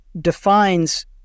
defines